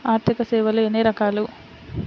ఆర్థిక సేవలు ఎన్ని రకాలు?